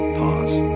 pause